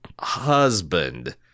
husband